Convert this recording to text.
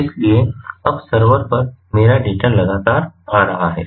इसलिए अब सर्वर पर मेरा डेटा लगातार आ रहा है